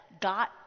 Got